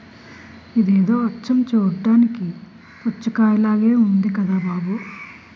ఇదేదో అచ్చం చూడ్డానికి పుచ్చకాయ పండులాగే ఉంది కదా బాబూ